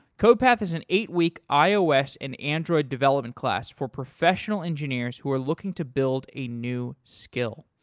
codepath is an eight week ios and android development class for professional engineers who are looking to build a new skill.